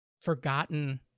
forgotten